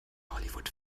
hollywood